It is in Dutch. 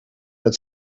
het